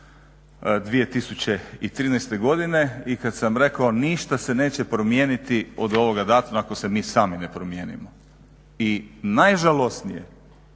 1.7.2013.i kad sam rekao ništa se neće promijeniti od ovoga datuma ako se mi sami ne promijenimo i najžalosnije